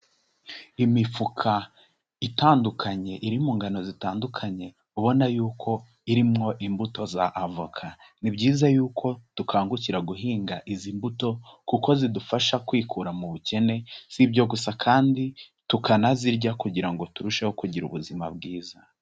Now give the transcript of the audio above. Imifuka itandukanye iri mu ngano zitandukanye, ubona yuko irimwo imbuto za avoka. Ni byiza yuko dukangukira guhinga izi mbuto kuko zidufasha kwikura mu bukene, si ibyo gusa kandi tukanazirya kugira ngo turusheho kugira ubuzima bwiza.